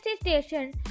station